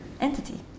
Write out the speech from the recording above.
entity